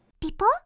People